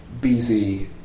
BZ